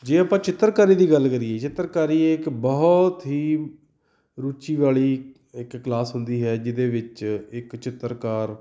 ਜੇ ਆਪਾਂ ਚਿੱਤਰਕਾਰੀ ਦੀ ਗੱਲ ਕਰੀਏ ਚਿੱਤਰਕਾਰੀ ਇਹ ਇੱਕ ਬਹੁਤ ਹੀ ਰੁਚੀ ਵਾਲੀ ਇੱਕ ਕਲਾਸ ਹੁੰਦੀ ਹੈ ਜਿਹਦੇ ਵਿੱਚ ਇੱਕ ਚਿੱਤਰਕਾਰ